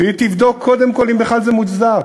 והיא תבדוק קודם כול אם בכלל זה מוצדק,